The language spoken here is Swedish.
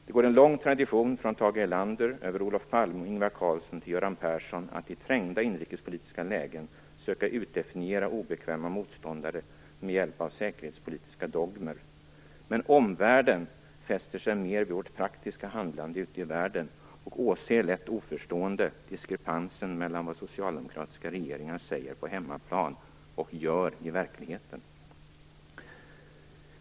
Det går en lång tradition från Tage Erlander över Olof Palme och Ingvar Carlsson till Göran Persson att i trängda inrikespolitiska lägen söka utdefiniera obekväma motståndare med hjälp av säkerhetspolitiska dogmer. Men omvärlden fäster sig mer vid vårt praktiska handlande ute i världen och åser lätt oförstående diskrepansen mellan vad socialdemokratiska regeringar säger på hemmaplan och gör i verkligheten.